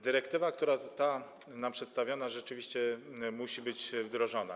Dyrektywa, która została nam przedstawiona, rzeczywiście musi być wdrożona.